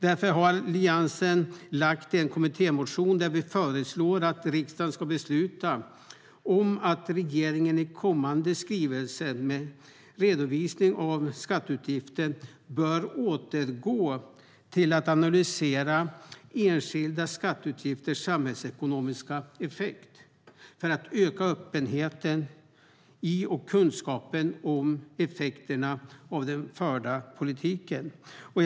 Därför har Alliansen lagt fram en kommittémotion där vi föreslår att riksdagen ska besluta om att regeringen i kommande skrivelser med redovisning av skatteutgifter bör återgå till att analysera enskilda skatteutgifters samhällsekonomiska effekt för att öka öppenheten i och kunskapen om effekterna av den förda politiken. Fru talman!